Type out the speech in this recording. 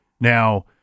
Now